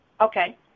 Okay